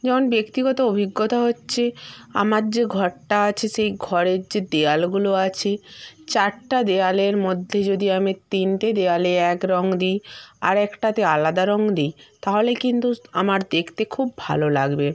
যেমন ব্যক্তিগত অভিজ্ঞতা হচ্ছে আমার যে ঘরটা আছে সেই ঘরের যে দেওয়ালগুলো আছে চারটা দেয়ালের মধ্যে যদি আমি তিনটে দেওয়ালে এক রঙ দিই আর একটাতে আলাদা রঙ দিই তাহলে কিন্তু আমার দেখতে খুব ভালো লাগবে